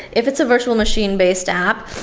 if it's a virtual machine-based app,